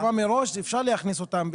הסכמה מראש, אפשר להכניס אותם.